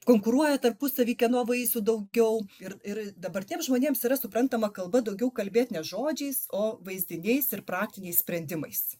konkuruoja tarpusavy kieno vaisių daugiau ir ir dabar tiem žmonėms yra suprantama kalba daugiau kalbėt ne žodžiais o vaizdiniais ir praktiniais sprendimais